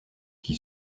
qui